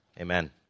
amen